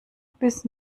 bis